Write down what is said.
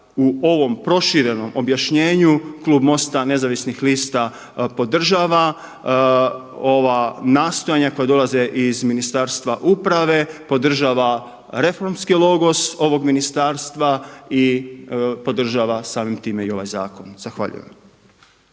u ovom proširenom objašnjenju klub MOST-a nezavisnih lista podržava ova nastojanja koja dolaze iz Ministarstva uprave, podržava reformski logos ovog ministarstva i podržava samim time i ovaj zakon. Zahvaljujem.